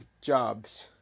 jobs